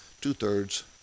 two-thirds